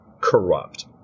corrupt